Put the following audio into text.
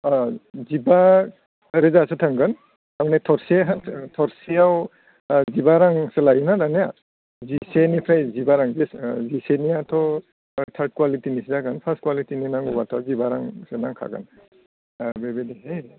जिबा रोजासो थांगोन मानि थरसे थरसेयाव जिबा रांसो लायोना लानाया जिसेनिफ्राय जिबा रां ओ जिसेनियाथ' थार्ड कुवालिटिनिसो जागोन फार्स्ट कुवालिटिनि नांगौब्लाथ' जिबा रांसो नांखागोन आर बेबायदिनो